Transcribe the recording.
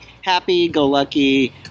happy-go-lucky